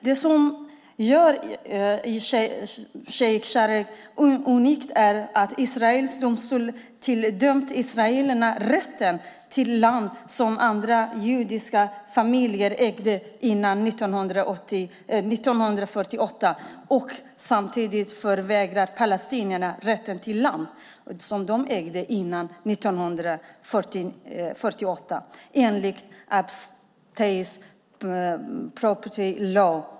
Det som gör Sheikh Jarrah unikt är att Israels domstol tilldömt israelerna rätten till land som andra judiska familjer ägde före 1948 och samtidigt förvägrar palestinierna rätten till land som de ägde före 1948 enligt Absentees' Property Law.